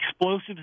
explosives